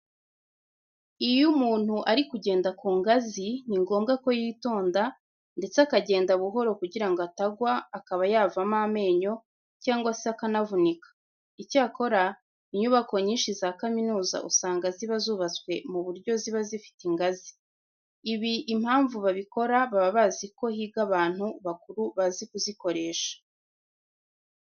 Iyo umuntu ari kugenda ku ngazi, ni ngombwa ko yitonda ndetse akagenda buhoro kugira ngo atagwa akaba yavamo amenyo cyangwa se akanavunika. Icyakora, inyubako nyinshi za kaminuza usanga ziba zubatswe mu buryo ziba zifite ingazi. Ibi impamvu babikora baba bazi ko higa abantu bakuru bazi kuzikoresha.